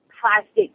plastic